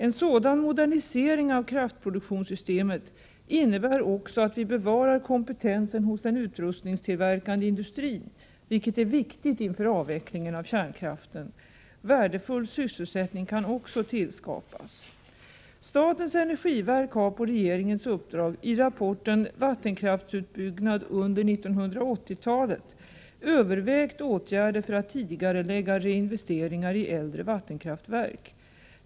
En sådan modernisering av kraftproduktionssystemet innebär också att vi bevarar kompetensen hos den utrustningstillverkande industrin, vilket är viktigt inför avvecklingen av kärnkraften. Värdefull sysselsättning kan också tillskapas. Statens energiverk har på regeringens uppdrag i rapporten Vattenkraftsutbyggnad under 1980-talet övervägt åtgärder för att tidigarelägga reinvesteringar i äldre vattenkraftverk.